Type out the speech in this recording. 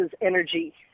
energy